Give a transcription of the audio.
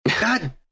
God